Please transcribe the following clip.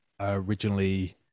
originally